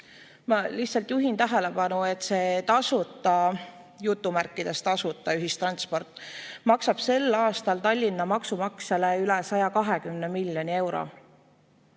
Ma lihtsalt juhin tähelepanu, et see tasuta, jutumärkides tasuta ühistransport maksab sel aastal Tallinna maksumaksjale üle 120 miljoni euro.